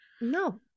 no